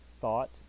thought